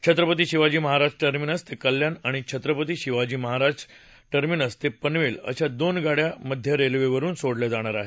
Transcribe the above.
Chhatrapati Shivaji Maharaj terminus ते कल्याण आणि छत्रपती शिवाजी महाराज ते पनवेल अशा दोन गाड्या मध्य रेल्वेवरुन सोडल्या जाणार आहेत